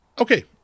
Okay